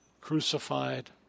crucified